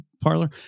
parlor